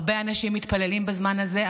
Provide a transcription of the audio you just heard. הרבה אנשים מתפללים בזמן הזה.